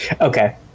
Okay